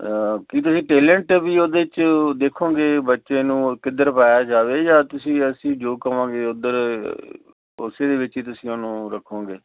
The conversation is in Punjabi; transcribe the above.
ਕੀ ਤੁਸੀਂ ਟੇਲੈਂਟ ਵੀ ਉਹਦੇ 'ਚ ਦੇਖੋਗੇ ਬੱਚੇ ਨੂੰ ਕਿੱਧਰ ਪਾਇਆ ਜਾਵੇ ਜਾਂ ਤੁਸੀਂ ਅਸੀਂ ਜੋ ਕਹਾਂਗੇ ਉੱਧਰ ਉਸ ਦੇ ਵਿੱਚ ਹੀ ਤੁਸੀਂ ਉਹਨੂੰ ਰੱਖੋਗੇ